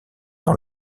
dans